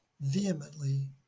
vehemently